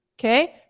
Okay